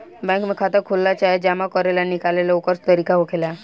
bank में खाता खोलेला चाहे जमा करे निकाले ला ओकर तरीका होखेला